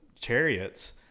chariots